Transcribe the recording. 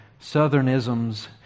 southernisms